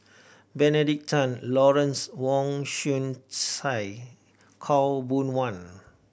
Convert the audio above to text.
Benedict Tan Lawrence Wong Shyun Tsai Khaw Boon Wan